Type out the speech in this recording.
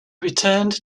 returned